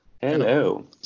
Hello